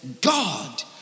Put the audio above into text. God